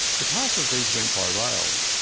if half of these went by rail,